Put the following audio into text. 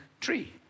tree